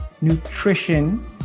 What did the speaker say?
nutrition